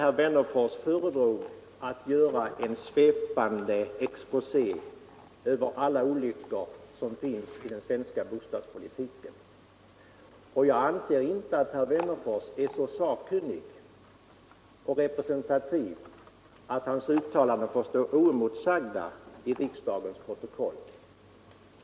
Herr Wennerfors föredrog i stället att göra en svepande exposé över alla olyckor som inträffat i den svenska bostadspolitiken. Jag anser inte att herr Wennerfors är så sakkunnig och representativ att hans uttalanden bör stå oemotsagda i riksdagens protokoll.